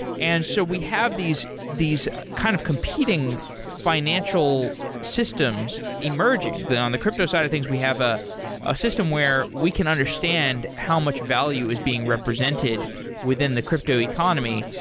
and so we have these these kind of competing financial systems emerging. on the crypto side of things, we have ah a system where we can understand how much value is being represented within the crypto economy.